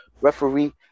referee